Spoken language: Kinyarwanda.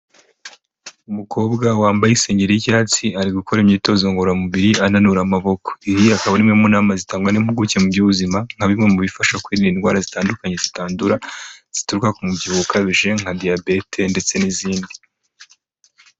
Umukobwa wambaye isengeri y'icyatsi, ari gukora imyitozo ngororamubiri ananura amaboko. Iyi akaba ari imwe mu nama zitangwa n’impuguke mu by'ubuzima nka bimwe mu bifasha kwirinda indwara zitandukanye zitandura, zituruka ku mubyibuho ukabije nka diyabete ndetse n'izindi.